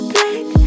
Black